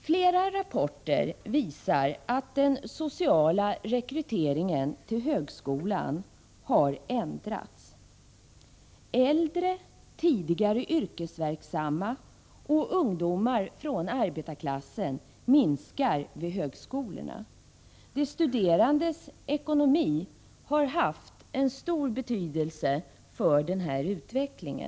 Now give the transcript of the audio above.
Flera rapporter visar att den sociala rekryteringen till högskolan har ändrats. Äldre, tidigare yrkesverksamma och ungdomar från arbetarklassen minskar vid högskolorna. De studerandes ekonomi har haft stor betydelse för denna utveckling.